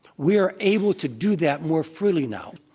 we are able to do that more freely now.